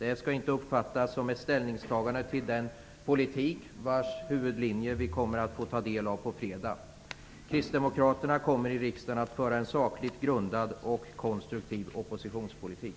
Det skall inte uppfattas som ett ställningstagande till den politik vars huvudlinje vi kommer att få ta del av på fredag. Kristdemokraterna kommer i riksdagen att föra en sakligt grundad och konstruktiv oppositionspolitik.